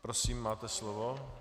Prosím, máte slovo.